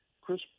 Chris